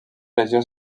pressió